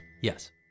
yes